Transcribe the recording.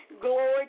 Glory